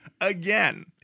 again